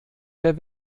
der